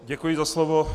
Děkuji za slovo.